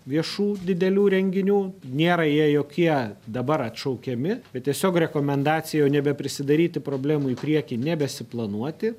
viešų didelių renginių nėra jie jokie dabar atšaukiami bet tiesiog rekomendacija jau nebeprisidaryti problemų į priekį nebesiplanuoti